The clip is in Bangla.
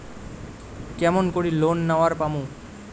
কেমন করি লোন নেওয়ার পামু?